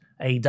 AW